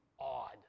odd